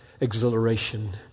exhilaration